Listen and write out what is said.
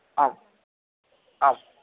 आम् आम्